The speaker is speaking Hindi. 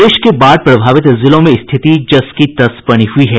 प्रदेश के बाढ़ प्रभावित जिलों में स्थिति जस की तस बनी हयी है